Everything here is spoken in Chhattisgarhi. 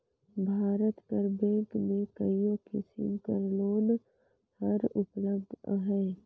भारत कर बेंक में कइयो किसिम कर लोन हर उपलब्ध अहे